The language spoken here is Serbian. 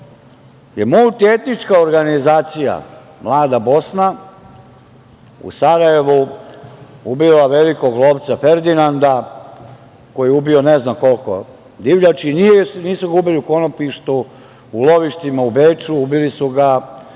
je multietnička organizacija „Mlada Bosna“ u Sarajevu ubila velikog lovca Ferdinanda, koji je ubio ne znam koliko divljači. Nisu ga ubili u konopljištu, u lovištima u Beču, ubili su ga